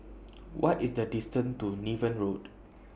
What IS The distance to Niven Road